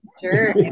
Sure